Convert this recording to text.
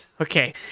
Okay